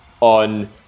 on